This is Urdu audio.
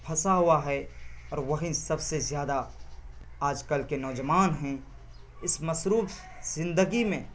پھنسا ہوا ہے اور وہیں سب سے زیادہ آج کل کے نوجوان ہیں اس مصروف زندگی میں